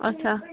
اَچھا